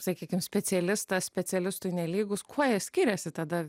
sakykim specialistas specialistui nelygus kuo jie skiriasi tada